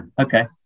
Okay